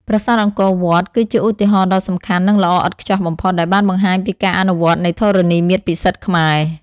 ប្រាសាទអង្គរវត្តគឺជាឧទាហរណ៍ដ៏សំខាន់និងល្អឥតខ្ចោះបំផុតដែលបានបង្ហាញពីការអនុវត្តនៃធរណីមាត្រពិសិដ្ឋខ្មែរ។